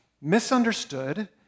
misunderstood